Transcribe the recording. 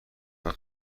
اما